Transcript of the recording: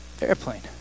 airplane